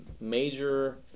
major